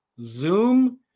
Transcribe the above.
Zoom